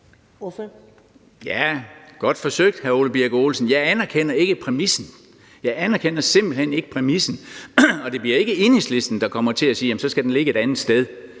godt forsøgt, hr. Ole Birk Olesen. Jeg anerkender ikke præmissen. Jeg anerkender simpelt hen ikke præmissen. Og det bliver ikke Enhedslisten, der kommer til at sige: Så skal den ligge et andet sted.